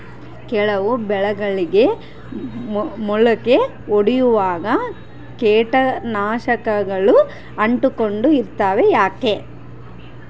ಕೆಲವು ಬೆಳೆಗಳಿಗೆ ಮೊಳಕೆ ಒಡಿಯುವಾಗ ಕೇಟನಾಶಕಗಳು ಅಂಟಿಕೊಂಡು ಇರ್ತವ ಯಾಕೆ?